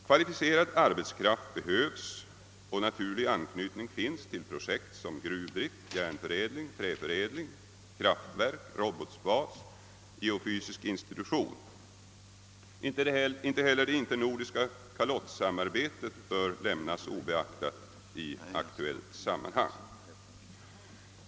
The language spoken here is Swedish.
Kvalificerad arbetskraft behövs och naturlig anknytning finns till sådant som gruvdrift, järnoch träförädling, kraftverk, robotbas och geofysisk institution. Inte heller det internordiska kalottsamarbetet bör lämnas obeaktat i det aktuella sammanhanget.